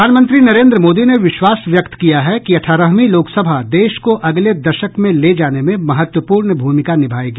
प्रधानमंत्री नरेन्द्र मोदी ने विश्वास व्यक्त किया है कि अठारहवीं लोकसभा देश को अगले दशक में ले जाने में महत्वपूर्ण भूमिका निभायेगी